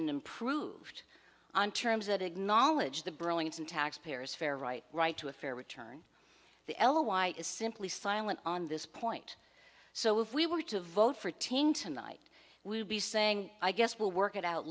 and improved on terms that acknowledge the burlington taxpayers fair right right to a fair return the l y is simply silent on this point so if we were to vote for team tonight we would be saying i guess we'll work it out